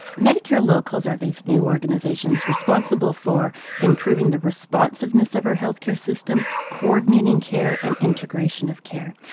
medicare locals are these new organisations responsible for improving the responsiveness of our healthcare system, coordinating care and integration of care.